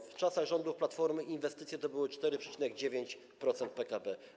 W czasach rządów Platformy inwestycje to było średnio 4,9% PKB.